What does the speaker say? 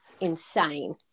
insane